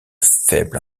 faible